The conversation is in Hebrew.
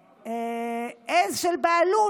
ועז של בעלות,